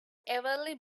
everly